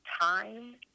time